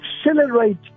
Accelerate